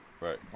Right